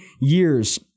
years